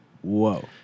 Whoa